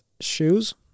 shoes